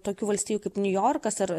tokių valstijų kaip niujorkas ar